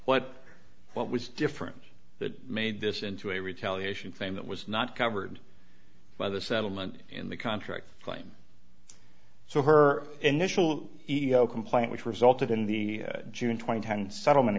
what what was different that made this into a retaliation thing that was not covered by the settlement in the contract claim so her initial complaint which resulted in the june twenty times settlement